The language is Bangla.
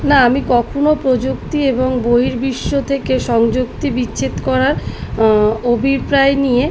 না আমি কখনো প্রযুক্তি এবং বহির্বিশ্ব থেকে সংযুক্তি বিচ্ছেদ করার অভিপ্রায় নিয়ে